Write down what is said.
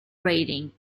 rating